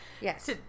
Yes